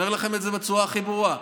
אני אומר לכם את זה בצורה הכי ברורה.